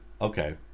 okay